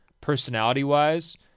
personality-wise—